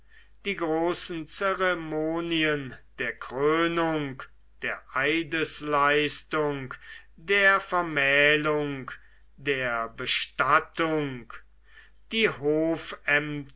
die großen zeremonien der krönung der eidesleistung der vermählung der bestattung die